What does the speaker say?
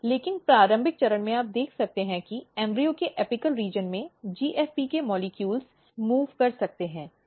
लेकिन प्रारंभिक चरण में आप देख सकते हैं कि भ्रूण के एपिकल क्षेत्र में GFP के अणु मूव़ कर सकते हैं